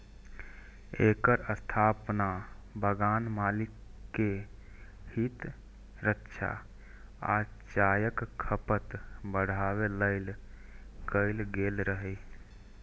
एकर स्थापना बगान मालिक के हित रक्षा आ चायक खपत बढ़ाबै लेल कैल गेल रहै